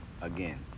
Again